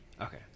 Okay